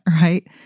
right